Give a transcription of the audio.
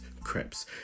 crepes